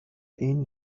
این